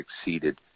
exceeded